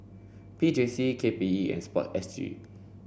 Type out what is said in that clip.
P J C K P E and sport S G